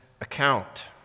account